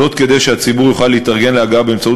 כדי שהציבור יוכל להתארגן להגעה באמצעות